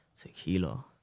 Tequila